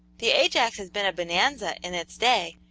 the ajax has been a bonanza in its day,